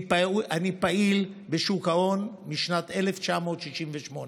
אני פעיל בשוק ההון משנת 1968,